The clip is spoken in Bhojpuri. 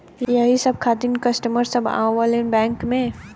यही खातिन कस्टमर सब आवा ले बैंक मे?